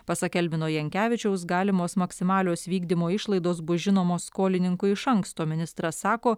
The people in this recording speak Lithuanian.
pasak elvino jankevičiaus galimos maksimalios vykdymo išlaidos bus žinomos skolininkui iš anksto ministras sako